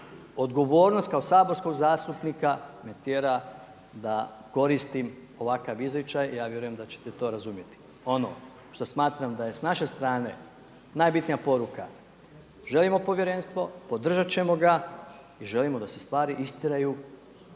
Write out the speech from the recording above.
odgovornost kao saborskog zastupnika me tjera da koristim ovakav izričaj, ja vjerujem da ćete to razumjeti. Ono što smatram da je s naše strane najbitnija poruka, želimo povjerenstvo, podržati ćemo ga i želimo da se stvari istjeraju